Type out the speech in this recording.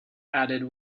added